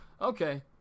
Okay